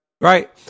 right